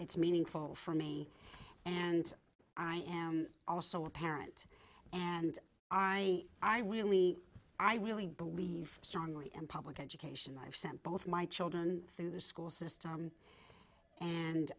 it's meaningful for me and i am also a parent and i i really i really believe strongly in public education i've sent both my children through the school system and